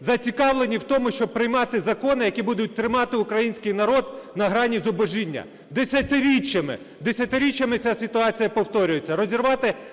зацікавлені в тому, щоб приймати закони, які будуть тримати український народ на грані зубожіння. Десятиріччями, десятиріччями ця ситуація повторюється. Розірвати